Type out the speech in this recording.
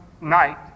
night